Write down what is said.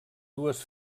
dues